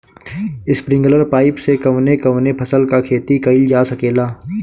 Sprinkler pipe से कवने कवने फसल क खेती कइल जा सकेला?